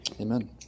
Amen